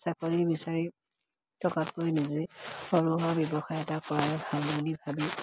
চাকৰি বিচাৰি থকাতকৈ সৰু সুৰা ব্যৱসায় এটা কৰাৰ